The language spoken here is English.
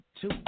Two